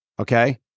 okay